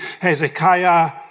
Hezekiah